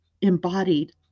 embodied